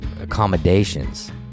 accommodations